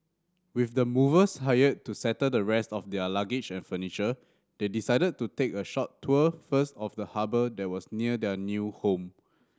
with the movers hired to settle the rest of their luggage and furniture they decided to take a short tour first of the harbour that was near their new home